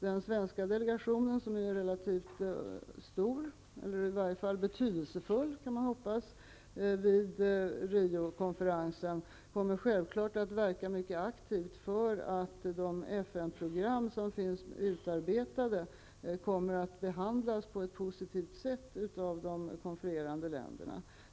Den svenska delegationen, som är relativt stor eller i varje fall -- kan man hoppas -- betydelsefull, kommer vid Riokonferensen självfallet att mycket aktivt verka för att de FN-program som finns utarbetade behandlas på ett positivt sätt av de konfererande länderna.